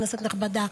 כנסת נכבדה,